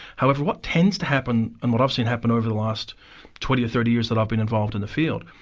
however what tends to happen and what i've seen happen over the last twenty or thirty years that i've been involved in the field,